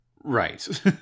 Right